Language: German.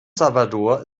salvador